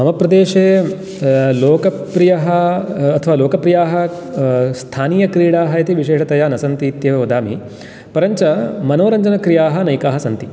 मम प्रदेशे लोकप्रियः अथवा लोकप्रियाः स्थानीयक्रीडाः इति विशेषतया न सन्ति इत्येव वदामि परञ्च मनोरञ्जनक्रियाः अनेकाः सन्ति